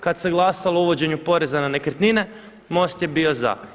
Kad se glasalo o uvođenju poreza na nekretnine MOST je bio za.